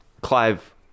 Clive